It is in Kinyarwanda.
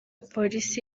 polisi